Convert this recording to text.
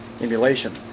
emulation